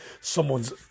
someone's